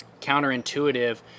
counterintuitive